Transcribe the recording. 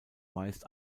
meist